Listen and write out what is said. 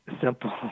simple